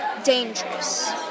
dangerous